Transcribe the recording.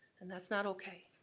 and that's not okay,